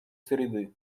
среды